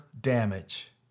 damage